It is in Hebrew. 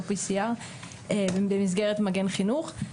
או PCR במסגרת מגן חינוך,